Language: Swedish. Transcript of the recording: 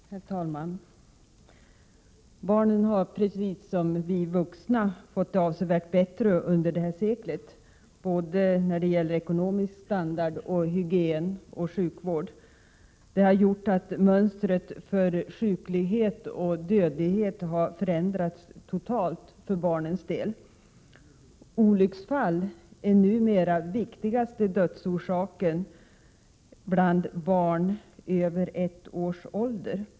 Herr talman! Barnen har, precis som vi vuxna, fått det avsevärt bättre under det här seklet. Det gäller såväl ekonomisk standard som hygien och sjukvård. Det har gjort att mönstret för sjuklighet och dödlighet har förändrats totalt för barnens del. Olycksfall är numera vanligaste dödsorsaken bland barn över ett års ålder.